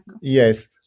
yes